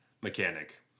mechanic